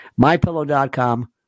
MyPillow.com